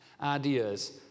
ideas